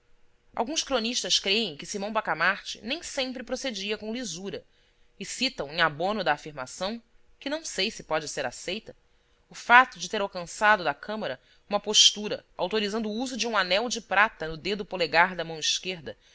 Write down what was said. alguns cronistas crêem que simão bacamarte nem sempre procedia com lisura e citam em abono da afirmação que não sei se pode ser aceita o fato de ter alcançado da câmara uma postura autorizando o uso de um anel de prata no dedo polegar da mão esquerda